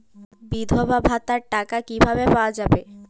বিধবা ভাতার টাকা কিভাবে পাওয়া যাবে?